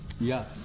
Yes